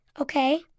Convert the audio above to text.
Okay